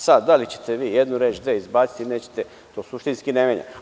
Sad, da li ćete vi jednu reč ili dve izbaciti ili nećete, to suštinski ne menja.